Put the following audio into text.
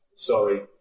Sorry